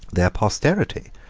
their posterity,